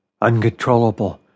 Uncontrollable